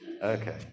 Okay